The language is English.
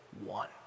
one